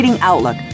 Outlook